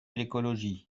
l’écologie